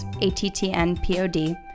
A-T-T-N-P-O-D